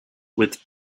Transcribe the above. with